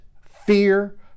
fear